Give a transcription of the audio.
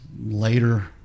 later